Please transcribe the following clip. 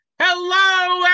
Hello